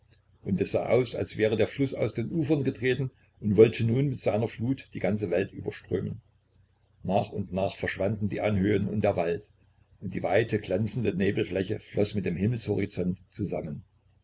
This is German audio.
und es sah aus als wäre der fluß aus den ufern getreten und wollte nun mit seiner flut die ganze welt überströmen nach und nach verschwanden die anhöhen und der wald und die weite glänzende nebelfläche floß mit dem himmelshorizont zusammen